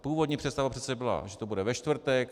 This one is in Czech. Původní představa přece byla, že to bude ve čtvrtek.